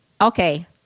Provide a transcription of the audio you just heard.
Okay